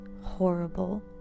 horrible